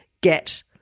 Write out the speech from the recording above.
get